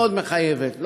מאוד מחייבת,